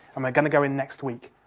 um going to go in next week.